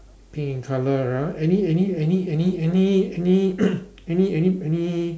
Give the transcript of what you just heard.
pink in colour ah any any any any any any any any any